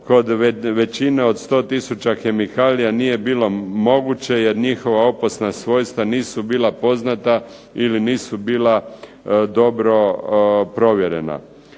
kod većine od 100 tisuća kemikalija nije bilo moguće jer njihova opasna svojstva nisu bila poznata ili nisu bila dobro provjerena.